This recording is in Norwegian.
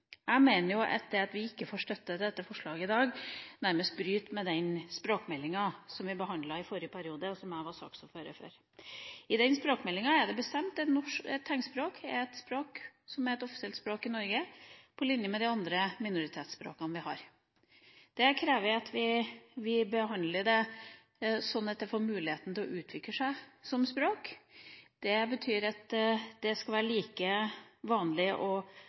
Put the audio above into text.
Jeg mener at det at vi ikke får støtte til dette forslaget i dag, nærmest bryter med den språkmeldinga som vi behandlet i forrige periode, og som jeg var saksordfører for. I den språkmeldinga er det bestemt at tegnspråk er et offisielt språk i Norge, på linje med de andre minoritetsspråkene vi har. Det krever at vi behandler det sånn at det får muligheten til å utvikle seg som språk. Det betyr at det skal være like vanlig